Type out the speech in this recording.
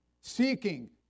seeking